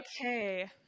Okay